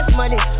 money